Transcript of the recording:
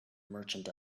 merchant